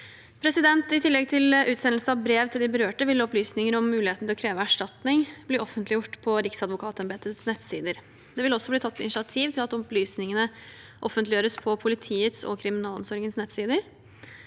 listene. I tillegg til utsendelse av brev til de berørte vil opplysninger om muligheten til å kreve erstatning bli offentliggjort på Riksadvokatembetets nettsider. Det vil også bli tatt initiativ til at opplysningene offentliggjøres på politiets og kriminalomsorgens nettsider.